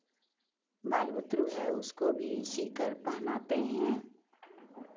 बाल बुतरू है उसको भी सिल कर पहनाते हैं